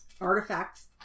artifacts